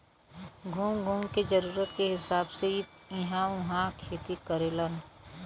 घूम घूम के जरूरत के हिसाब से इ इहां उहाँ खेती करेलन